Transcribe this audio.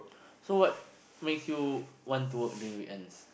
so what makes you want to work during weekends